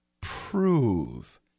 prove